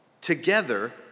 together